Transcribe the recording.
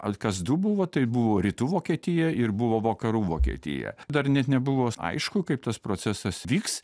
kas du buvo tai buvo rytų vokietija ir buvo vakarų vokietija dar net nebuvo aišku kaip tas procesas vyks